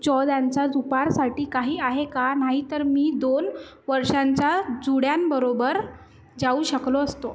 चौदांच्या दुपारसाठी काही आहे का नाहीतर मी दोन वर्षांच्या जुळ्यांबरोबर जाऊ शकलो असतो